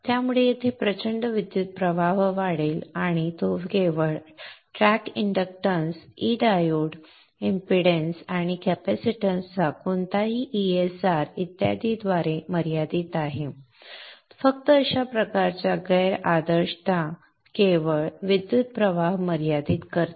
त्यामुळे येथे प्रचंड विद्युतप्रवाह वाढेल आणि तो केवळ ट्रॅक इंडक्टन्स ई डायोड इंपॅडन्स आणि कॅपॅसिटन्सचा कोणताही ESR इत्यादीद्वारे मर्यादित आहे फक्त अशा प्रकारच्या गैर आदर्शता केवळ विद्युत प्रवाह मर्यादित करतील